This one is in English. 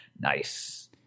Nice